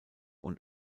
und